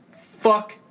Fuck